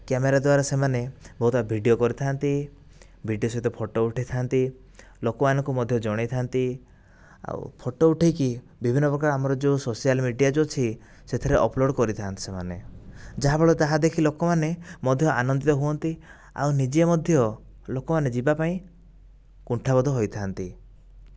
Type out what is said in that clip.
camera ଦ୍ୱାରା ସେମାନେ ବହୁତ ଭିଡିଓ କରିଥାନ୍ତି ଭିଡିଓ ସହିତ ଫଟୋ ଉଠାଇଥାନ୍ତି ଲୋକମାନଙ୍କୁ ମଧ୍ୟ ଜଣାଇଥାନ୍ତି ଆଉ ଫଟୋ ଉଠାଇକି ବିଭିନ୍ନ ପ୍ରକାର ଆମର ଯେଉଁ ସୋସିଆଲ ମିଡ଼ିଆ ଯେଉଁ ଅଛି ସେଥିରେ ଅପଲୋଡ଼ କରିଥାନ୍ତି ସେମାନେ ଯାହାଫଳରେ ତାହା ଦେଖି ଲୋକମାନେ ମଧ୍ୟ ଆନନ୍ଦିତ ହୁଅନ୍ତି ଆଉ ନିଜେ ମଧ୍ୟ ଲୋକମାନେ ଯିବାପାଇଁ କୁଣ୍ଠା ବୋଧ ହୋଇଥାନ୍ତି